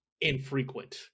infrequent